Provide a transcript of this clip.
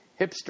Hipster